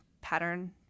pattern